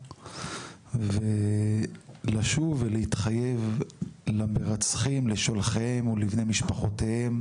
ולשוב ולהתחייב למרצחים, לשולחיהם ולבני משפחותיהם